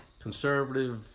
conservative